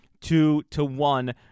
two-to-one